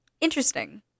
interesting